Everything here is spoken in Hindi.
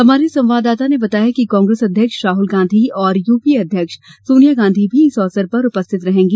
हमारे संवाददाता ने बताया है कि कांग्रेस अध्यक्ष राहुल गांधी और यूपीए अध्यक्ष सोनिया गांधी भी इस अवसर पर उपस्थित रहेंगी